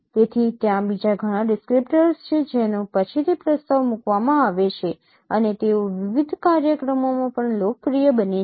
તેથી ત્યાં બીજા ઘણાં ડિસ્ક્રિપ્ટર છે જેનો પછીથી પ્રસ્તાવ મૂકવામાં આવે છે અને તેઓ વિવિધ કાર્યક્રમોમાં પણ લોકપ્રિય બને છે